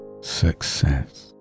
success